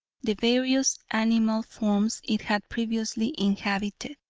the various animal forms it had previously inhabited.